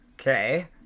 Okay